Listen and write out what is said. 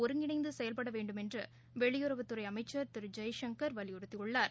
ஒருங்கிணைந்துசெயல்படவேண்டும் என்றுவெளியுறவுத்துறைஅமைச்சர் திருஜெய்சங்கர் வலியுறுத்தியுள்ளார்